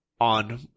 on